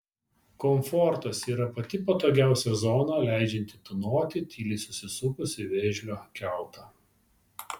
komfortas yra pati patogiausia zona leidžianti tūnoti tyliai susisukus į vėžlio kiautą